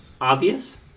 Obvious